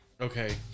Okay